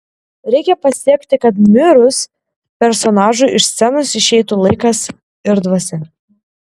reikia pasiekti kad mirus personažui iš scenos išeitų laikas ir dvasia